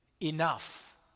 enough